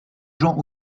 gens